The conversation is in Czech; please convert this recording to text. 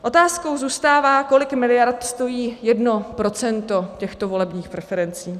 Otázkou zůstává, kolik miliard stojí jedno procento těchto volebních preferencí.